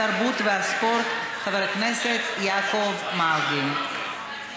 התרבות והספורט חבר הכנסת יעקב מרגי.